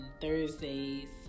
Thursdays